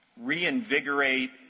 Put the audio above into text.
reinvigorate